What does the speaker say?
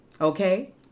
okay